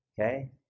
okay